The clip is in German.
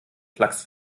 klacks